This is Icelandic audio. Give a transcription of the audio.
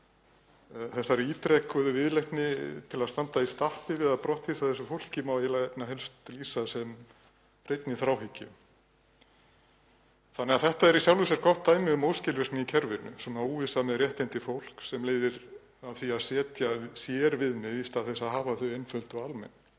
Þessar ítrekuðu viðleitnir til að standa í stappi við að brottvísa fólki má eiginlega einna helst lýsa sem hreinni þráhyggju. Þetta er í sjálfu sér gott dæmi um óskilvirkni í kerfinu, óvissa með réttindi fólks sem leiðir af því að setja sérviðmið í stað þess að hafa þau einföld og almenn.